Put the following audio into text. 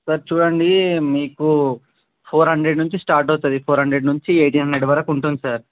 sir చూడండి మీకు four hundred నుంచి స్టార్ట్ అవుతుంది ఫోర్ హండ్రెడ్ నుంచి ఎయిటీన్ హండ్రెడ్ వరకు ఉంటుంది సార్